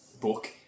book